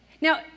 Now